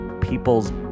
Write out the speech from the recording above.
people's